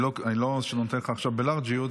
זה לא שאני נותן לך עכשיו בלארג'יות,